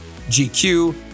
GQ